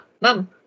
mom